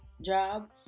job